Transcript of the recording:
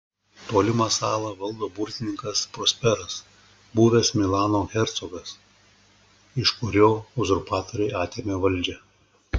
tolimą salą valdo burtininkas prosperas buvęs milano hercogas iš kurio uzurpatoriai atėmė valdžią